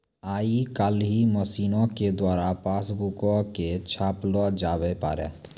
आइ काल्हि मशीनो के द्वारा पासबुको के छापलो जावै पारै